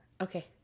Okay